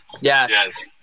Yes